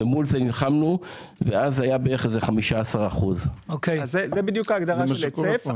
מול זה נלחמנו ואז זה היה בערך 15%. זה בדיוק ההגדרה של היצף.